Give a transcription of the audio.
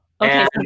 Okay